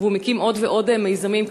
והוא מקים עוד ועוד מיזמים,